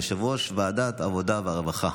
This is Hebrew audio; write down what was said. יושב-ראש ועדת העבודה והרווחה,